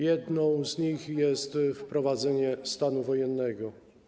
Jednym z nich jest wprowadzenie stanu wojennego.